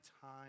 time